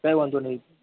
કાંઈ વાંધો નહીં